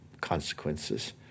consequences